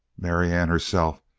marianne herself,